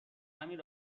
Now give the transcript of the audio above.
همین